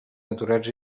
aturats